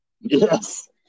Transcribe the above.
Yes